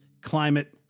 Climate